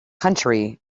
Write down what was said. country